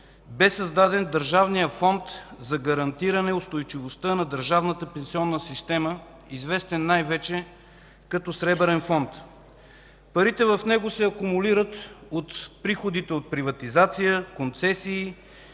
бе създаден Държавният фонд за гарантиране устойчивостта на държавната пенсионна система, известен най-вече като Сребърен фонд. Парите в него са акумулират от приходите от приватизация, концесии,